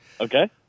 Okay